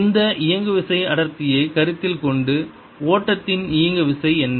இந்த இயங்குவிசை அடர்த்தியைக் கருத்தில் கொண்டு ஓட்டத்தின் இயங்குவிசை என்ன